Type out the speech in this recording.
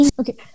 Okay